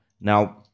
Now